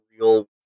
real